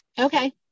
Okay